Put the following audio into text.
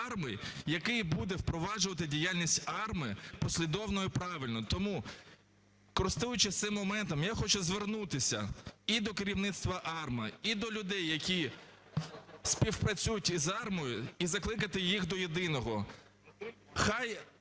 який буде впроваджувати діяльність АРМА послідовно і правильно. Тому, користуючись цим моментом, я хочу звернутися і до керівництва АРМА, і до людей, які співпрацюють з АРМА, і закликати їх до єдиного.